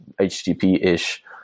HTTP-ish